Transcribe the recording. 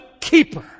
keeper